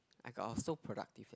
I got off so productive